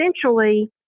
essentially